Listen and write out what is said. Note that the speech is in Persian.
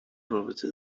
رابطه